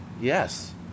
Yes